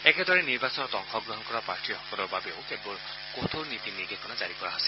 একেদৰে নিৰ্বাচনত অংশগ্ৰহণ কৰা প্ৰাৰ্থীসকলৰ বাবেও কেতবোৰ কঠোৰ নীতি নিৰ্দেশনা জাৰি কৰা হৈছে